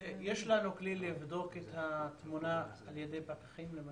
יש לנו כלי לבדוק את התמונה על ידי פקחים למשל?